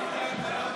הצעת חוק-יסוד: